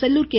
Sellur K